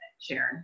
Sharon